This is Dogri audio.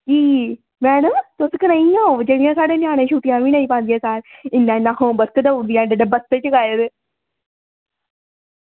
नेईं मड़ो तुस कनेहियां ओ जेह्ड़ियां साढ़े ञ्यानें गी छुट्टियां बी नेईं पांदे इन्ना इन्ना होम वर्क देई ओड़दियां एड्डे एड्डे बस्ते चुकाए दे